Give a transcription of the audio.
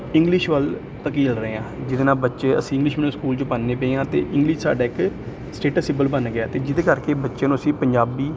English ਵੱਲ ਧੱਕੀ ਚਲ ਰਹੇ ਹਾਂ ਜਿਹਦੇ ਨਾਲ ਬੱਚੇ ਅਸੀਂ ਇੰਗਲਿਸ਼ ਮੀਡੀਅਮ ਸਕੂਲ 'ਚ ਪਾਉਂਦੇ ਪਏ ਹਾਂ ਅਤੇ ਇੰਗਲਿਸ਼ ਸਾਡਾ ਇੱਕ ਸਟੇਟਸ ਸਿਬਲ ਬਣ ਗਿਆ ਅਤੇ ਜਿਹਦੇ ਕਰਕੇ ਬੱਚਿਆਂ ਨੂੰ ਅਸੀਂ ਪੰਜਾਬੀ